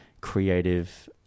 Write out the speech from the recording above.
creative